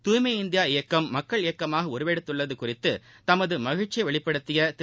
தூய்மை இந்தியா இயக்கம் மக்கள் இயக்கமாக உருவெடுத்துள்ளது குறித்து தமது மகிழ்ச்சியை வெளிப்படுத்திய திரு